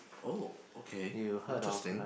oh okay interesting